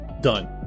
Done